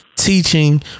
teaching